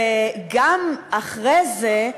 וגם אחרי זה,